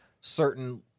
certain